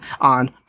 on